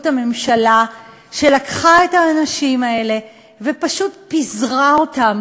הממשלה שלקחה את האנשים האלה ופשוט פיזרה אותם,